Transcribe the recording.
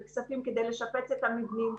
וצריך להשקיע עוד פעם זמן וכסף כדי לשפץ אותם.